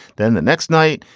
then the next night,